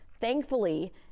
Thankfully